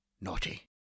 Naughty